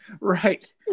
Right